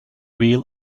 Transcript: real